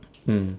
mm